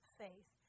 faith